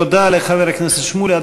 תודה לחבר הכנסת שמולי.